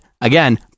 again